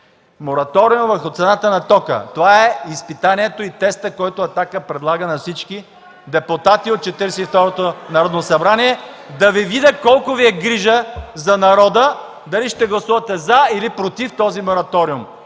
Мораториум върху цената на тока. Това е изпитанието и тестът, който „Атака” предлага на всички депутати от Четиридесет и второто Народно събрание. Да Ви видя колко Ви е грижа за народа, дали ще гласувате „за” или „против” този мораториум.